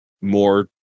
more